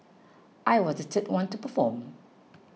I was the third one to perform